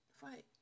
fight